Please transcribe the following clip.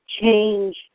change